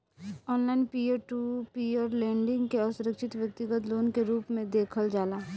online peer to peer lending के असुरक्षित व्यतिगत लोन के रूप में देखल जाला